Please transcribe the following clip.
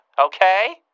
okay